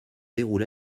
déroule